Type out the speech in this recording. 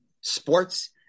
sports